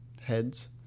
heads